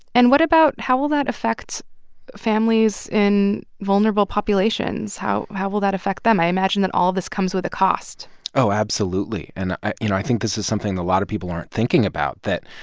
and what about how will that affect families in vulnerable populations? how how will that affect them? i imagine that all this comes with a cost oh, absolutely. and, you know, i think this is something a lot of people aren't thinking about that,